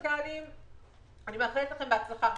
אני מאחלת לכם בהצלחה.